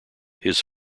his